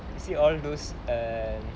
see all those and